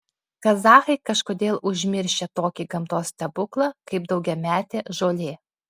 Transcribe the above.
kazachai kažkodėl užmiršę tokį gamtos stebuklą kaip daugiametė žolė